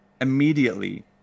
immediately